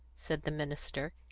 said the minister.